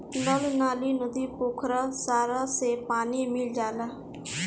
नल नाली, नदी, पोखरा सारा से पानी मिल जाला